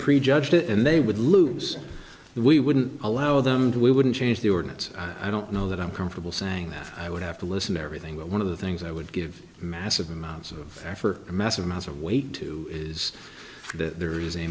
prejudged it and they would lose we wouldn't allow them to we wouldn't change the ordinance i don't know that i'm comfortable saying that i would have to listen to everything but one of the things i would give massive amounts of there for a massive amount of weight too is that there is a